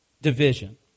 division